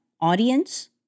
audience